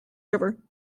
river